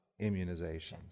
immunizations